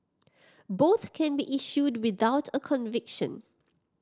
both can be issued without a conviction